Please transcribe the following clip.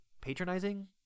patronizing